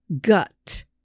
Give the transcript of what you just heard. gut